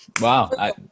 Wow